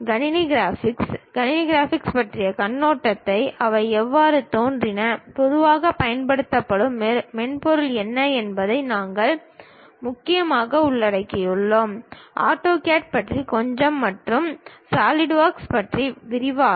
கணினி கிராபிக்ஸ் கணினி கிராபிக்ஸ் பற்றிய கண்ணோட்டத்தை அவை எவ்வாறு தோன்றின பொதுவாகப் பயன்படுத்தப்படும் மென்பொருள் என்ன என்பதை நாங்கள் முக்கியமாக உள்ளடக்குகிறோம் ஆட்டோகேட் பற்றி கொஞ்சம் மற்றும் சாலிட்வொர்க்ஸ் பற்றி விரிவாக